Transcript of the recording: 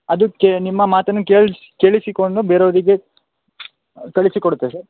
ಅದಕ್ಕೆ ನಿಮ್ಮ ಮಾತನ್ನು ಕೇಳಿಸಿಕೊಂಡು ಬೇರೆಯವರಿಗೆ ಕಳಿಸಿ ಕೊಡುತ್ತೆ ಸರ್